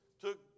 took